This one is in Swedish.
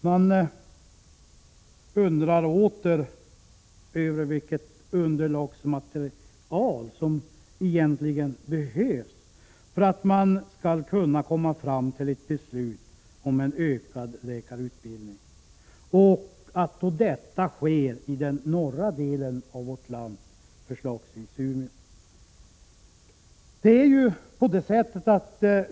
Man undrar åter över vilket underlagsmaterial som egentligen behövs för att man skall kunna komma fram till ett beslut om en ökad läkarutbildning och att detta sker i den norra delen av vårt land, förslagsvis i Umeå.